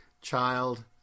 child